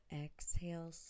exhale